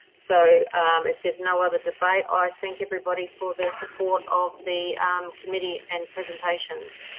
so if there's no other debate, i thank everybody for their support of the committee and presentations.